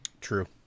True